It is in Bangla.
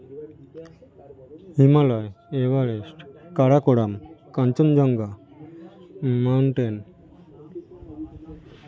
Himalaya Everest Karakoram Kanchenjunga mountain